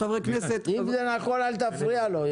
אם זה נכון, אל תפריע לו.